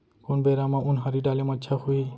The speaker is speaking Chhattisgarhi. कोन बेरा म उनहारी डाले म अच्छा होही?